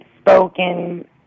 spoken